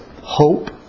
hope